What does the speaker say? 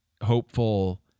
hopeful